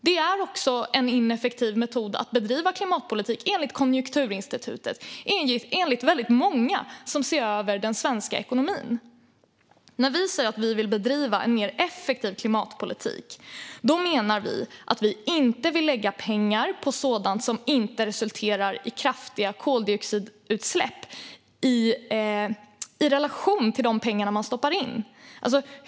Det är en ineffektiv metod att bedriva klimatpolitik också enligt Konjunkturinstitutet och enligt många andra som ser över den svenska ekonomin. När vi säger att vi vill bedriva en mer effektiv klimatpolitik menar vi att vi inte vill lägga pengar på sådant som inte resulterar i kraftigt minskade koldioxidutsläpp i relation till de pengar man stoppar in.